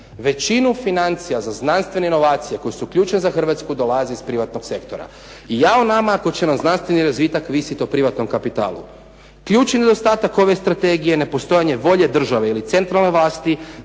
Većinu financija za znanstvene inovacije koje su ključne za Hrvatsku dolaze iz privatnog sektora i jao nama ako će nam znanstveni razvitak ovisiti o privatnom kapitalu. Ključni nedostatak ove strategije je nepostojanje volje države ili centralne vlasti